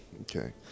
Okay